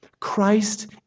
Christ